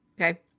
Okay